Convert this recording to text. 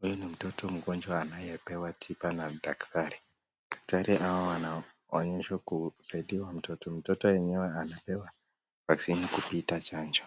Huyu ni mtoto mgonjwa anaye pewa tiba na daktari daktari hawa wanaonyeshwa kusaidiwa mtoto mtoto mwenyewe anapewa {vaccine} kupita chango